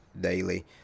daily